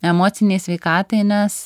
emocinei sveikatai nes